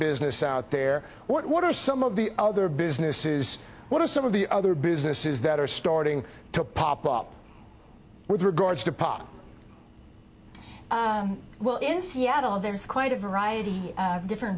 business out there what are some of the other businesses what are some of the other businesses that are starting to pop up with regards to par well in seattle there is quite a variety of different